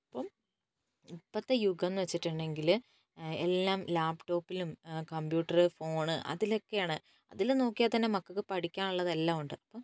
അപ്പോൾ ഇപ്പോഴത്തെ യുഗം എന്ന് വച്ചിട്ടുണ്ടെങ്കിൽ എല്ലാം ലാപ്ടോപ്പിലും കംപ്യൂട്ടറ് ഫോണ് അതിലൊക്കെയാണ് അതിൽ നോക്കിയാൽ തന്നെ മക്കൾ ക്ക് പഠിക്കാൻ ഉള്ളതെല്ലാം ഉണ്ട് അപ്പോൾ